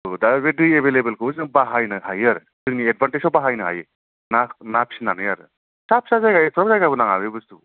औ दा बे दै एभेलेबलखौ बाहायनो हायो आरो जोंनि एडभान्तेजाव बाहायनो हायो ना फिसिनानै आरो फिसा फिसा जायगायावनो एफा जायगाबो नाङा बे बस्तुखौ